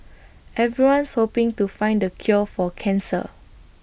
everyone's hoping to find the cure for cancer